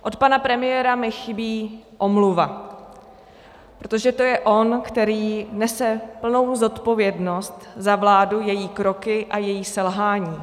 Od pana premiéra mi chybí omluva, protože to je on, který nese plnou zodpovědnost za vládu, její kroky a její selhání.